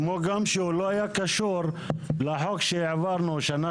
כמו גם שהוא לא היה קשור לחוק שהעברנו שנה